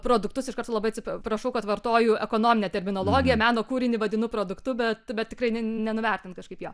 produktus iškart labai atsiprašau kad vartoju ekonominę terminologiją meno kūrinį vadinu produktu bet bet tikrai nenuvertint kažkaip jo